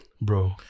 bro